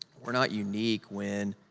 we're not unique when,